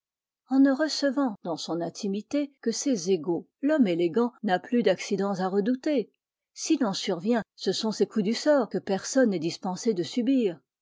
en ne recevant dans son intimité que ses égaux l'homme élégant n'a plus d'accidents à redouter s'il en survient ce sont de ces coups du sort que personne n'est dispensé de subir